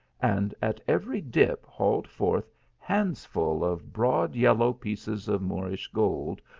and at every dip hauled forth hands-full of broad yellow pieces of moorish gold,